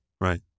Right